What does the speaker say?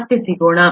ಮತ್ತೆ ಸಿಗೋಣ